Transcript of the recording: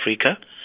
Africa